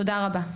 תודה רבה.